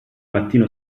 mattino